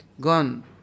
gone